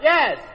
Yes